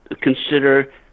Consider